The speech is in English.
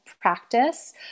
practice